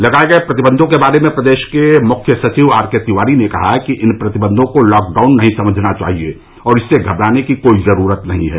लगाये गये प्रतिबंधों के बारे में प्रदेश के मुख्य सचिव आर के तिवारी ने कहा है कि इन प्रतिबंधों को लॉकडाउन नहीं समझना चाहिए और इससे घबराने की कोई जरूरत नहीं है